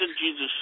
Jesus